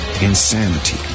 insanity